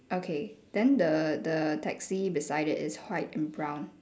okay then the the taxi beside it is white and brown